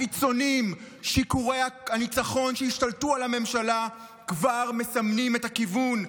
הקיצוניים שיכורי הניצחון שהשתלטו על הממשלה כבר מסמנים את הכיוון,